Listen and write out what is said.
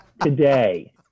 today